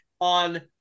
on